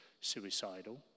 suicidal